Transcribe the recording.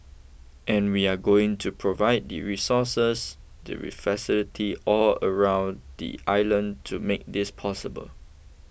and we are going to provide the resources the re facility all around the island to make this possible